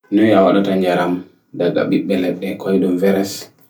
Noi a waɗata njaram ɗaga ɓiɓɓe leɗɗe koiɗum veres